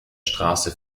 straße